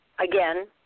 again